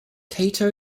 kato